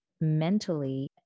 mentally